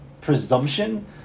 presumption